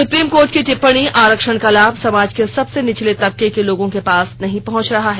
supreme court की टिप्पणी आरक्षण का लाभ समाज के सबसे निचले तबके के लोगों के पास नहीं पहुंच रहा है